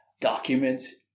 documents